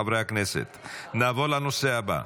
חברי הכנסת, נעבור לנושא הבא,